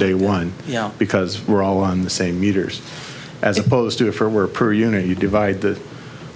day one because we're all on the same meters as opposed to for we're per unit you divide the